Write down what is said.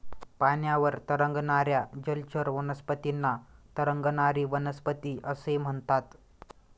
पाण्यावर तरंगणाऱ्या जलचर वनस्पतींना तरंगणारी वनस्पती असे म्हणतात